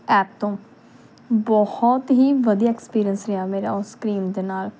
app ਤੋਂ ਬਹੁਤ ਹੀ ਵਧੀਆ ਐਕਸਪੀਰੀਅੰਸ ਰਿਹਾ ਮੇਰਾ ਉਸ ਕਰੀਮ ਦੇ ਨਾਲ